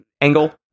angle